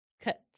Cut